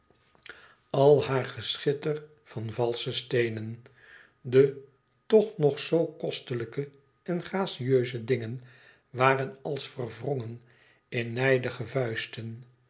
al haar geschitter van valsche steenen de toch nog zoo kostelijke en gracieuze dingen waren als verwrongen in nijdige vuisten